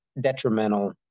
detrimental